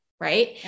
Right